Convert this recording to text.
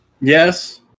Yes